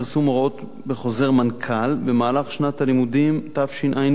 הוראות בחוזר מנכ"ל במהלך שנת הלימודים תשע"ב.